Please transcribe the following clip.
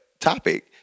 topic